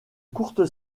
courte